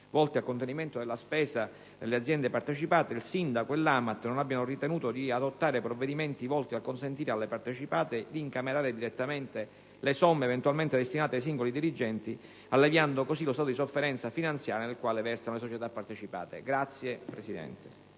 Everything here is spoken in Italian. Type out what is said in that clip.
volte al contenimento della spesa delle aziende partecipate, il sindaco e l'AMAT non abbiano ritenuto di adottare provvedimenti volti a consentire alle partecipate di incamerare direttamente le somme eventualmente destinate ai singoli dirigenti, alleviando così lo stato di sofferenza finanziaria nel quale versano le società partecipate.